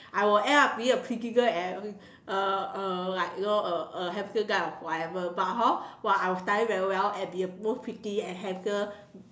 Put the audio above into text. I will end up being a pretty girl and uh uh like you know uh uh handsome guy or whatever but hor while I will study very well and be the most pretty and handsome